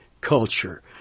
culture